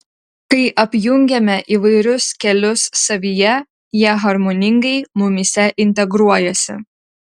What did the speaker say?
kai apjungiame įvairius kelius savyje jie harmoningai mumyse integruojasi